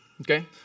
Okay